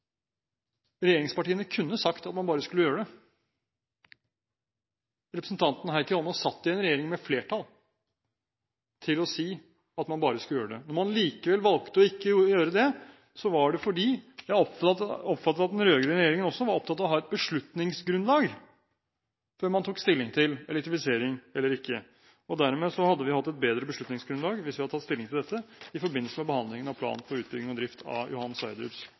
Regjeringspartiene kunne sagt at man bare skulle gjøre det. Representanten Heikki Eidsvoll Holmås satt i en regjering med flertall til å si at man bare skulle gjøre det. Når man likevel valgte ikke å gjøre det, oppfattet jeg at det var fordi den rød-grønne regjeringen også var opptatt av å ha et beslutningsgrunnlag før man tok stilling til elektrifisering eller ikke. Dermed hadde vi hatt et bedre beslutningsgrunnlag hvis vi hadde tatt stilling til dette i forbindelse med behandlingen av plan for utbygging og drift av Johan